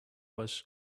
was